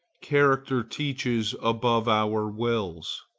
character teaches above our wills.